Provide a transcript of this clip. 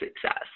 success